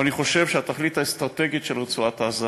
אבל אני חושב שהתכלית האסטרטגית של רצועת-עזה,